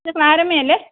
ഇത് ക്ലാരമ്മയല്ലേ